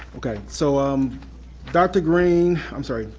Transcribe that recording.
okay, so um dr. green, i'm sorry,